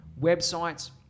websites